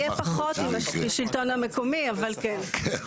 יהיה פחות עם השלטון המקומי, אבל כן.